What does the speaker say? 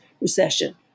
recession